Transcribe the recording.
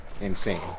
insane